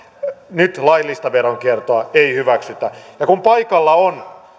nyt laillista veronkiertoa ei hyväksytä ja kun paikalla on